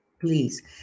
please